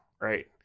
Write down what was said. right